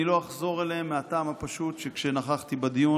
אני לא אחזור עליהם מהטעם הפשוט שכשנכחתי בדיון